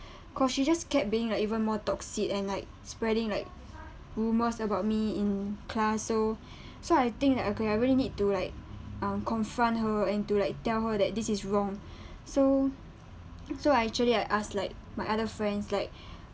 cause she just kept being like even more toxic and like spreading like rumours about me in class so so I think like okay I really need to like um confront her and to like tell her that this is wrong so so actually I asked like my other friends like